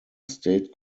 state